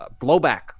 blowback